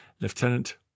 Lieutenant